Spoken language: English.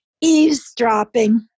Eavesdropping